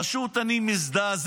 פשוט אני מזדעזע.